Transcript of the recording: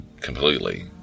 completely